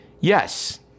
yes